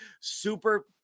super